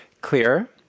clear